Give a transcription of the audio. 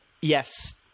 Yes